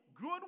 good